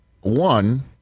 one